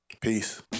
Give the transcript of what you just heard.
peace